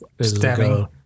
stabbing